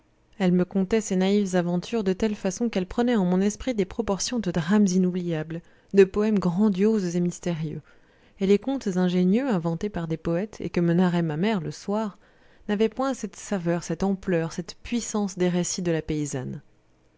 elle me contait ces naïves aventures de telle façon qu'elles prenaient en mon esprit des proportions de drames inoubliables de poèmes grandioses et mystérieux et les contes ingénieux inventés par des poètes et que me narrait ma mère le soir n'avaient point cette saveur cette ampleur cette puissance des récits de la paysanne